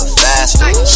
faster